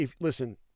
listen